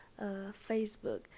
Facebook